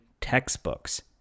textbooks